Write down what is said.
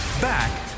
Back